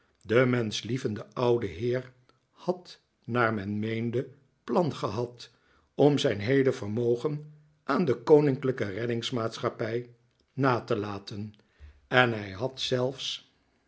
de menschlievende oude heer had naar men meende plan gehad om zijn heele vermogen aan de koninklijke reddingsmaatschappij na te laten en hij had zelfs